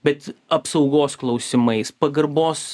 bet apsaugos klausimais pagarbos